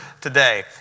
today